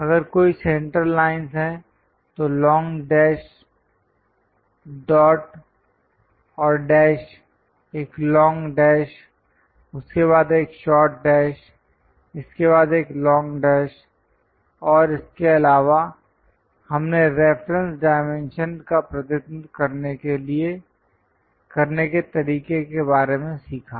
अगर कोई central lines हैं तो लॉन्ग डैश डॉट और डैश एक लॉन्ग डैश उसके बाद एक शार्ट डैश इसके बाद एक लॉन्ग डैश और इसके अलावा हमने रेफरेंस डायमेंशन का प्रतिनिधित्व करने के तरीके के बारे में सीखा